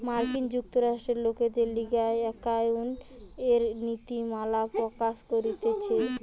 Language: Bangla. মার্কিন যুক্তরাষ্ট্রে লোকদের লিগে একাউন্টিংএর নীতিমালা প্রকাশ করতিছে